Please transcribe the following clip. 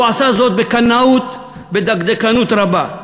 הוא עשה זאת בקנאות, בדקדקנות רבה.